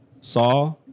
Saw